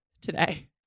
today